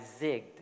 zigged